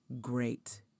Great